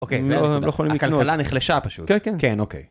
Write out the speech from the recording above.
אוקיי. הם לא יכולים לקנות, הכלכלה נחלשה פשוט, כן אוקיי.